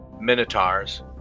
Minotaurs